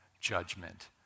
judgment